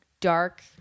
dark